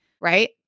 right